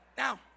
Now